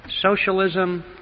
Socialism